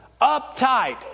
uptight